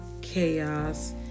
Chaos